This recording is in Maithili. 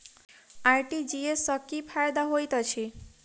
आर.टी.जी.एस सँ की फायदा होइत अछि?